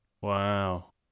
Wow